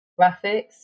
graphics